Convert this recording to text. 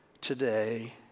today